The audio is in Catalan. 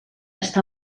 està